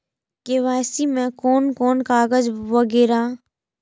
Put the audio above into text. KYC में कोन कोन कागज वगैरा?